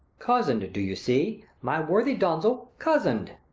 cozen'd, do you see, my worthy donzel, cozen'd.